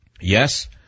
Yes